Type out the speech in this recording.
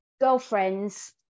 girlfriends